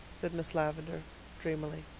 said miss lavendar dreamily.